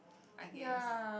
I guess